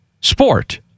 sport